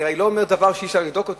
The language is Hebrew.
הרי אני לא אומר דבר שאי-אפשר לבדוק אותו.